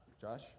Josh